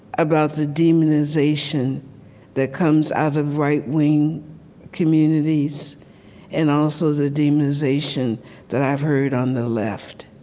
about the demonization that comes out of right-wing communities and also the demonization that i've heard on the left.